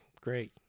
great